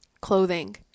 clothing